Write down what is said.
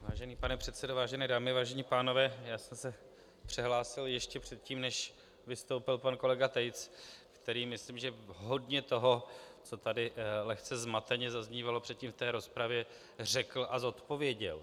Vážený pane předsedo, vážené dámy, vážení pánové, já jsem se přihlásil ještě předtím, než vystoupil pan kolega Tejc, který myslím, že hodně toho, co tady lehce zmateně zaznívalo předtím v rozpravě, řekl a zodpověděl.